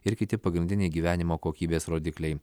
ir kiti pagrindiniai gyvenimo kokybės rodikliai